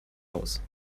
aus